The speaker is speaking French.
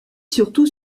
surtout